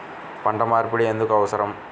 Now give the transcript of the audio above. పంట మార్పిడి ఎందుకు అవసరం?